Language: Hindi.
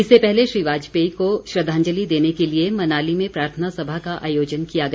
इससे पहले श्री वाजपेयी को श्रद्वांजलि देने के लिए मनाली में प्रार्थना सभा का आयोजन किया गया